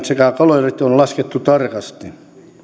sekä kalorit on laskettu tarkasti